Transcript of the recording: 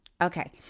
okay